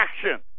action